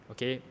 Okay